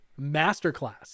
masterclass